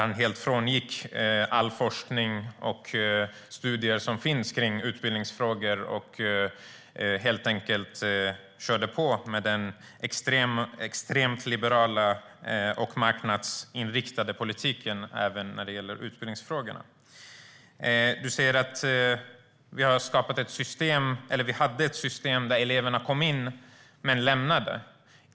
Han frångick helt all forskning och alla studier som finns i utbildningsfrågor och körde helt enkelt på med den extremt liberala och marknadsinriktade politiken även när det gäller utbildningsfrågorna. Du säger att vi hade ett system där eleverna kom in, men lämnade gymnasiet.